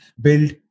build